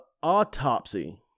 Autopsy